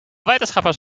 wetenschappers